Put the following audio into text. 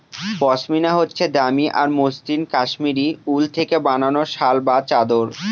পশমিনা হচ্ছে দামি আর মসৃণ কাশ্মীরি উল থেকে বানানো শাল বা চাদর